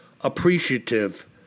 appreciative